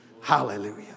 Hallelujah